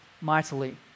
mightily